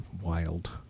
wild